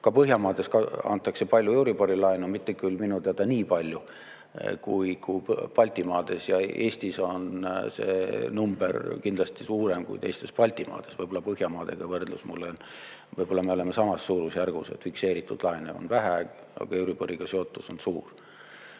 Ka Põhjamaades antakse palju euriboriga seotud laenu, mitte küll minu teada nii palju kui Baltimaades. Ja Eestis on see number kindlasti suurem kui teistes Baltimaades. Võib-olla Põhjamaadega võrreldes me oleme samas suurusjärgus selles, et fikseeritud laene on vähe, aga euriboriga seotus on suur.